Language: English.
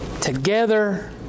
together